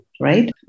right